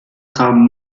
kamen